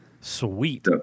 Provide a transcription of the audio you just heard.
Sweet